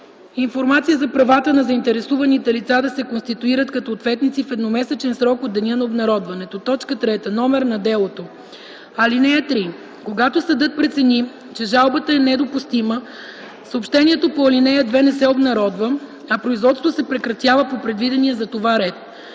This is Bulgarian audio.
информация за правата на заинтересуваните лица да се конституират като ответници в едномесечен срок от деня на обнародването; 3. номер на делото. (3) Когато съдът прецени, че жалбата е недопустима, съобщението по ал. 2 не се обнародва, а производството се прекратява по предвидения за това ред.